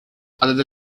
other